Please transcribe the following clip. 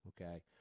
okay